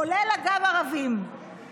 כולל ערבים, אגב.